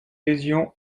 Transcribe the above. lésion